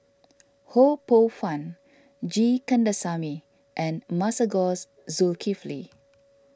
Ho Poh Fun G Kandasamy and Masagos Zulkifli